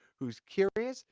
who's curious,